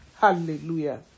Hallelujah